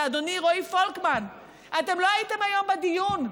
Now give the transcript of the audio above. ואדוני רועי פולקמן, אתה לא הייתם היום בדיון.